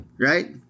right